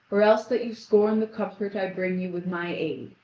or else that you scorn the comfort i bring you with my aid.